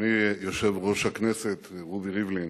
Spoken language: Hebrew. אדוני יושב-ראש הכנסת רובי ריבלין,